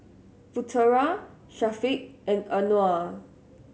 Putera Syafiq and Anuar